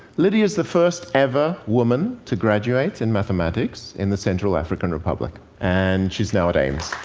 lydia is the first ever woman to graduate in mathematics in the central african republic. and she's now at aims.